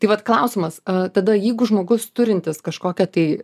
tai vat klausimas a tada jeigu žmogus turintis kažkokią tai